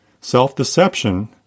self-deception